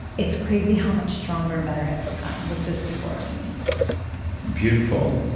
it's crazy how much stronger and better i've become with those people around me beautiful.